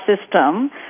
system